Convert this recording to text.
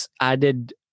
added